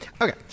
okay